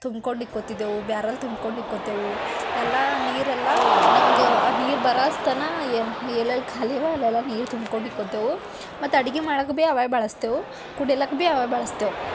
ತುಂಬ್ಕೊಂಡು ಇಕ್ಕೋತಿದ್ದೆವು ಬ್ಯಾರಲ್ ತುಂಬ್ಕೊಂಡು ಇಕ್ಕೋತೆವು ಎಲ್ಲ ನೀರೆಲ್ಲ ನಮ್ಗ್ ಆ ನೀರು ಬರಾಸ್ತನ ಎಲ್ಲಿ ಎಲ್ಲೆಲ್ಲಿ ಖಾಲಿಯವ ಅಲ್ಲೆಲ್ಲ ನೀರು ತುಂಬ್ಕೊಂಡು ಇಕ್ಕೋತೆವು ಮತ್ತು ಅಡಿಗೆ ಮಾಡಕ್ಕೆ ಭಿ ಅವೇ ಬಳಸ್ತೇವೆ ಕುಡಿಯಲಿಕ್ಕ ಭಿ ಅವೇ ಬಳಸ್ತೇವೆ